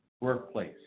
workplace